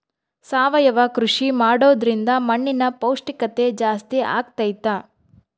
ಸಾವಯವ ಕೃಷಿ ಮಾಡೋದ್ರಿಂದ ಮಣ್ಣಿನ ಪೌಷ್ಠಿಕತೆ ಜಾಸ್ತಿ ಆಗ್ತೈತಾ?